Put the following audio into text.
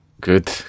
Good